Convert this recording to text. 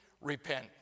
Repent